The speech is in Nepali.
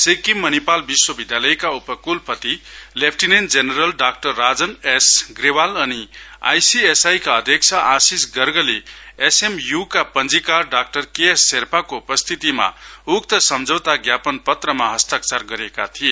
सिक्किम मणिपाल विश्वविधालयका उप कुलपति लेफटिनेन्ट जेनरल डा राजन एस ग्रेवाल अनि आईसीएसआई का अध्यक्ष आशिष गर्ग ले एस एम यू का पन्जिकार डा के एस शेर्पाको उपस्थितिमा उक्त सम्झौता ज्ञापन मन्त्री पत्रमा हस्ताक्षर गरेका थिए